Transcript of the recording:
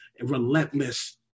relentless